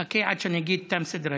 חכה עד שאגיד: תם סדר-היום.